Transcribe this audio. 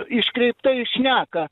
iškreiptai šneka